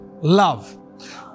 love